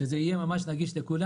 שזה יהיה ממש נגיש לכולם.